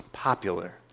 popular